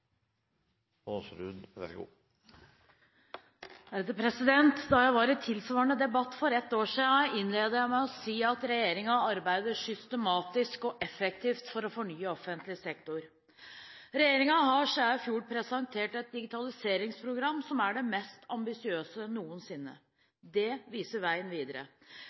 Da jeg var i tilsvarende debatt for ett år siden, innledet jeg med å si at regjeringen arbeider systematisk og effektivt for å fornye offentlig sektor. Regjeringen har siden i fjor presentert et digitaliseringsprogram som er det mest ambisiøse noensinne. Det viser veien videre.